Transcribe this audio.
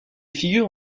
figures